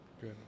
Good